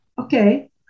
Okay